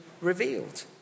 revealed